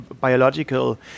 biological